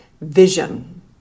vision